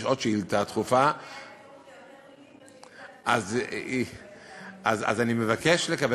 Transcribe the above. עוד שאילתה דחופה --- אם הייתה אפשרות ליותר